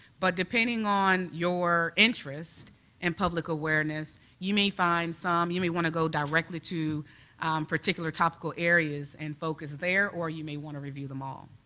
but depending on your interest and public awareness, you may find some, you may want to go directly to particular topical areas and focus there or may want to review them all.